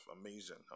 Amazing